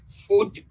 food